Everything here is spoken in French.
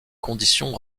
conditions